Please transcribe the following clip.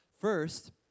First